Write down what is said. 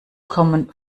kommen